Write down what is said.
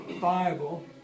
Bible